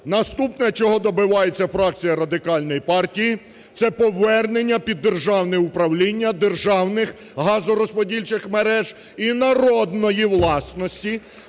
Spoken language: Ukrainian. Наступне, чого добивається фракція Радикальної партії – це повернення під державне управління державних газорозподільчих мереж і народної власності.